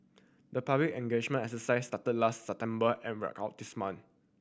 the public engagement exercise started last September and wrap out this month